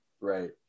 Right